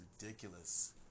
ridiculous